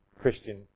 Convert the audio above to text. Christian